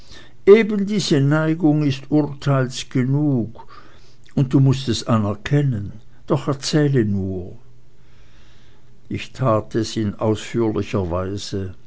eben diese neigung ist urteils genug und du mußt es anerkennen doch erzähle nur ich tat es in ausführlicher weise